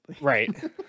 right